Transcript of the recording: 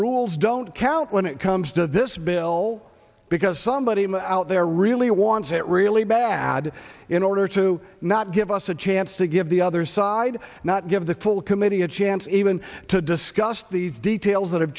rules don't count when it comes to this bill because somebody out there really wants it really bad in order to not give us a chance to give the other side not give the full committee a chance even to discuss the details that have